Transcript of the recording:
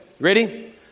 Ready